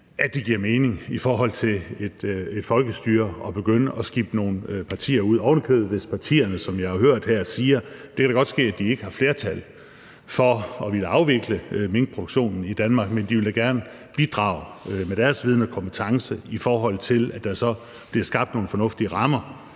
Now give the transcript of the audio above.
det giver mening i et folkestyre at begynde at skippe nogle partier – partier, der oven i købet, som jeg jo har hørt her, siger, at det da godt kan ske, at de ikke har flertal for at ville afvikle minkproduktionen i Danmark, men de vil da gerne bidrage med deres viden og kompetence til, at der så bliver skabt nogle fornuftige rammer.